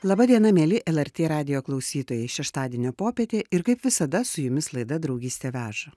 laba diena mieli lrt radijo klausytojai šeštadienio popietė ir kaip visada su jumis laida draugystė veža